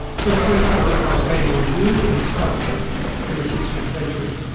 first recorded by raymond lull in strasburg in the sixteenth century.